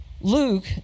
Luke